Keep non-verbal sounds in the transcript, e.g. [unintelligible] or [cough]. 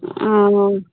[unintelligible]